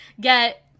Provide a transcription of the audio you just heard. get